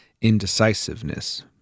indecisiveness